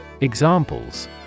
Examples